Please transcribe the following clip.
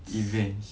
events